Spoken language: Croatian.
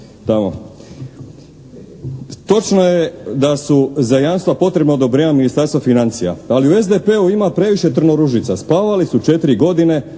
Točno je da su za jamstva potrebna odobrenja Ministarstva financija. Ali u SDP-u ima previše trnoružica. Spavali su 4 godine